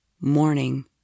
Morning